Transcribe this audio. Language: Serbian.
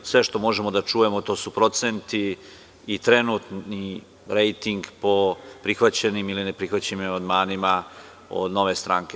Sve što možemo da čujemo, to su procenti i trenutni rejting po prihvaćenim ili neprihvaćenim amandmanima Nove stranke.